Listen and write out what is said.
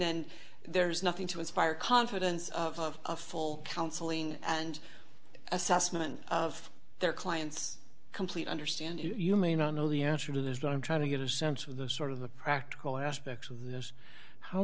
and there's nothing to inspire confidence of a full counseling and assessment of their client's complete understanding you may not know the answer to this but i'm trying to get a sense of the sort of the practical aspect of this how